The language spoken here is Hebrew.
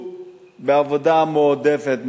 עובד בעבודה מועדפת,